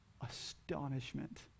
astonishment